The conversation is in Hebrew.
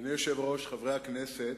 אדוני היושב-ראש, חברי הכנסת,